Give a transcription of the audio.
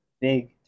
big